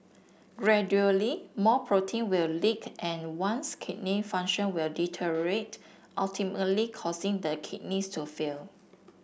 gradually more protein will leak and one's kidney function will deteriorate ultimately causing the kidneys to fail